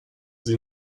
sie